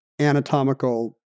anatomical